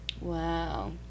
Wow